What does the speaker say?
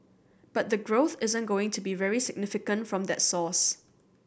but the growth isn't going to be very significant from that source